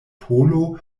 polo